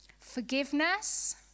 forgiveness